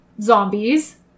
zombies